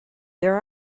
there